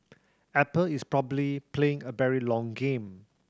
apple is probably playing a berry long game